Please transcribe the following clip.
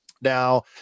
Now